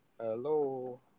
Hello